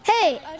Hey